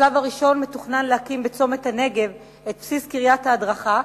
בשלב הראשון מתוכנן להקים בצומת הנגב את בסיס קריית ההדרכה,